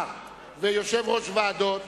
שלא עבר ויש צורך להחיל עליו דין רציפות.